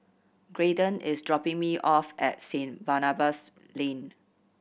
Graydon is dropping me off at Saint Barnabas Lane